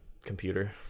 computer